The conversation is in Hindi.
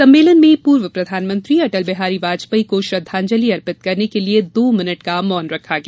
सम्मेलन में पूर्व प्रधानमंत्री अटल बिहारी वाजपेयी को श्रद्धांजलि अर्पित करने के लिये दो मिनट का मौन रखा गया